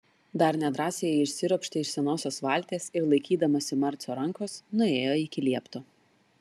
dar nedrąsiai ji išsiropštė iš senosios valties ir laikydamasi marcio rankos nuėjo iki liepto